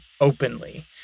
openly